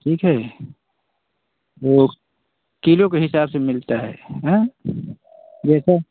ठीक है वह किलो के हिसाब से मिलता है हाँ जैसे